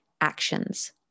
actions